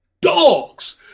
dogs